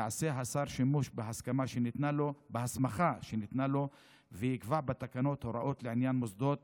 יעשה השר שימוש בהסמכה שניתנה לו ויקבע בתקנות הוראות לעניין מוסדות